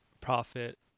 profit